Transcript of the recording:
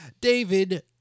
David